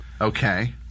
Okay